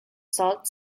salt